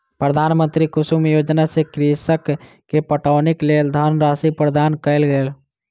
प्रधानमंत्री कुसुम योजना सॅ कृषक के पटौनीक लेल धनराशि प्रदान कयल गेल